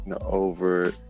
over